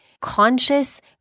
conscious